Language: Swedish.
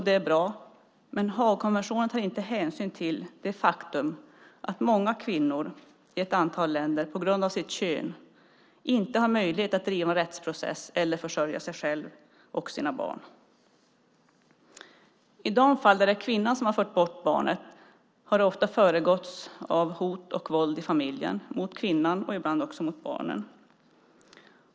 Det är bra, men Haagkonventionen tar inte hänsyn till det faktum att många kvinnor i ett antal länder på grund av sitt kön inte har möjlighet att driva en rättsprocess eller försörja sig själva och sina barn. I de fall där det är kvinnan som har fört bort barnet har det ofta föregåtts av hot och våld i familjen, mot kvinnan och ibland också mot barnen.